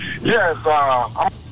Yes